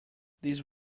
these